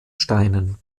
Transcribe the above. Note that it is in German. steinen